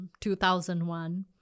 2001